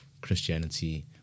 Christianity